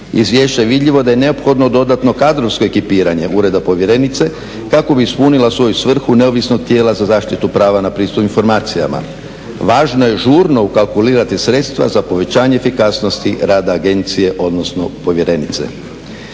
izvješća je vidljivo da je neophodno dodatno kadrovsko ekipiranje Ureda povjerenice kako bi ispunila svoju svrhu neovisnog tijela za zaštitu prava na pristup informacijama. Važno je žurno ukalkulirati sredstva za povećanje efikasnosti rada agencije, odnosno povjerenice.